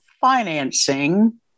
financing